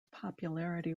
popularity